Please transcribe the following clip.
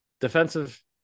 defensive